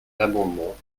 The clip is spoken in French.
l’amendement